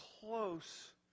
close